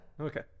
okay